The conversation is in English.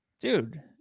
Dude